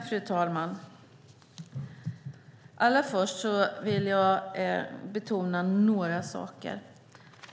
Fru talman! Jag vill betona några saker.